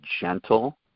gentle